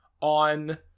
on